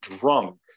drunk